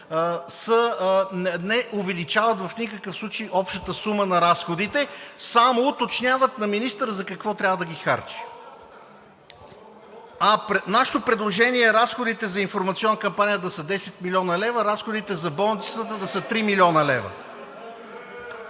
не увеличават в никакъв случай общата сума на разходите, само уточняват на министъра за какво трябва да ги харчи. (Шум и реплики.) Нашето предложение е разходите за информационна кампания да са 10 млн. лв., а разходите за болницата да са 3 млн. лв.